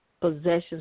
possessions